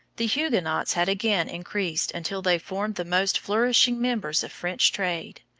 the huguenots had again increased until they formed the most flourishing members of french trade.